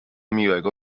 miłego